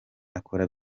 akora